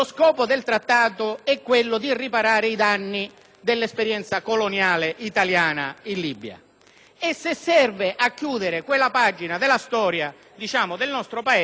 e se serve a chiudere quella pagina della storia del nostro Paese che, per la verità, non è stata tra le più felici. Se si vuole, però, utilizzare un Trattato